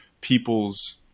people's